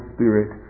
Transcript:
Spirit